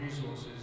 resources